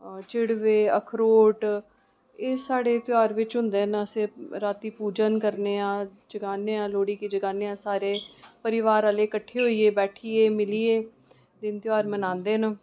चिड़वे अखरोट एह् साढ़े त्यौहार बिच्च होंदे न ते राती पूजन करने आं लोह्ड़ी गी जगाने आं सारे जने परिवार आह्ले कट्ठे होइयै बैठियै मीलियै दिन त्यौहार मनांदे न